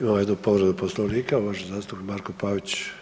Imamo jednu povredu Poslovnika, uvaženi zastupnik Marko Pavić.